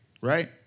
right